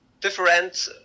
different